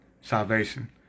salvation